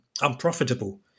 unprofitable